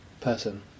person